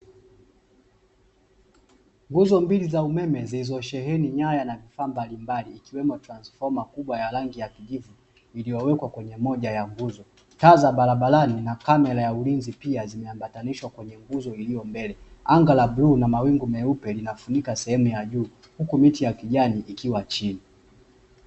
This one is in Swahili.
Nguzo mbili za umeme zilizosheheni nyaya na vifaa mbalimbali, ikiwemo transfoma kubwa ya rangi ya kijivu iliyowekwa kwenye moja ya nguzo. Taa za barabarani na kamera ya ulinzi, pia zimeambatanishwa kwenye nguzo iliyo mbele. Anga la bluu na mawingu meupe linafunika sehemu ya juu, huku miti ya kijani ikiwa chini.